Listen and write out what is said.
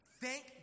thank